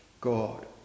God